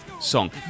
song